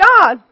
God